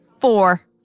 four